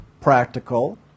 practical